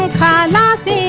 ah da la